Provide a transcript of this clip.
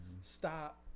Stop